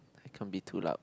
I can't be too loud